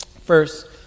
First